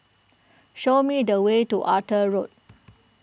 show me the way to Arthur Road